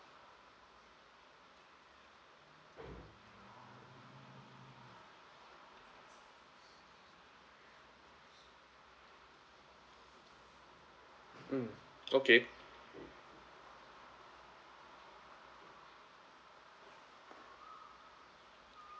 mm okay